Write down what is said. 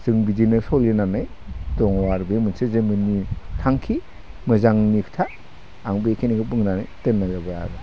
जों बिदिनो सोलिनानै दङ आरो बे मोनसे जोंनि थांखि मोजांनि खोथा आं बेखिनिखौ बुंनानै दोननाय जाबाय आरो